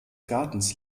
gartens